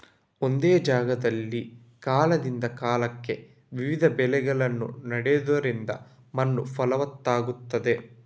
ಒಂದೇ ಜಾಗದಲ್ಲಿ ಕಾಲದಿಂದ ಕಾಲಕ್ಕೆ ವಿವಿಧ ಬೆಳೆಗಳನ್ನ ನೆಡುದರಿಂದ ಮಣ್ಣು ಫಲವತ್ತಾಗ್ತದೆ